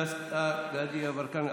דסטה גדי יברקן,